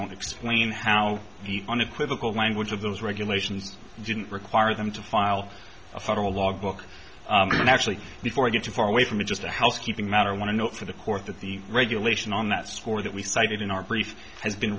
don't explain how the unequivocal language of those regulations didn't require them to file a federal law gook and actually before i get too far away from it just a housekeeping matter want to know for the court that the regulation on that score that we cited in our brief has been